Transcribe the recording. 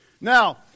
Now